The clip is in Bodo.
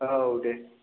औ दे